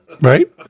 right